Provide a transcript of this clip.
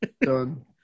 done